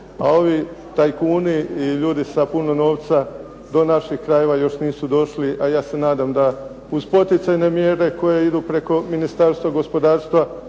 A ovi tajkuni i ljudi sa puno novca do naših krajeva još nisu došli, a ja se nadam da uz poticajne mjere koje idu preko Ministarstva gospodarstva